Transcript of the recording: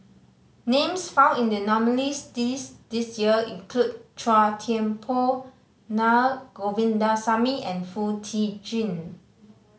names found in the nominees' this this year include Chua Thian Poh Naa Govindasamy and Foo Tee Jun